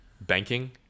banking